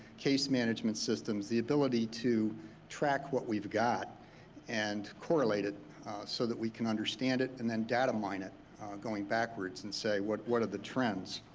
case management systems, the ability to track what we've got and correlate so that we can understand it, and then data mine it going backwards and say what what are the trends?